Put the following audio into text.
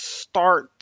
start